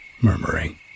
murmuring